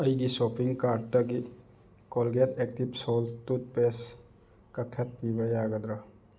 ꯑꯩꯒꯤ ꯁꯣꯄꯤꯡ ꯀꯥꯔꯠꯇꯒꯤ Colgate active salt toothpaste ꯀꯛꯊꯠꯄꯤꯕ ꯌꯥꯒꯗ꯭ꯔꯥ